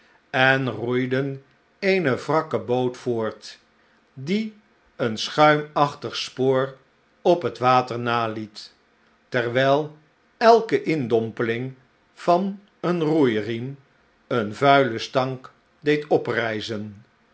en roeiden eene wrakke boot voort die een schuimachtig spoor op het water naliet terwijl elke indompeling van een roeiriem een vuilen stank deed